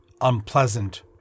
Unpleasant